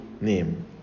name